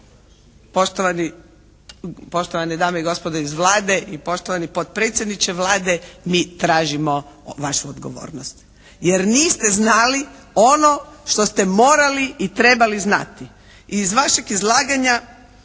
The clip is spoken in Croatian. poštovane dame i gospodo iz Vlade i poštovani potpredsjedniče Vlade mi tražimo vašu odgovornosti. Jer niste znali ono što ste morali i trebali znati. I iz vašeg izlaganja